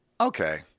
okay